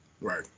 Right